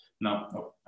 No